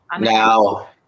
now